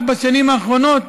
רק בשנים האחרונות